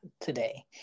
today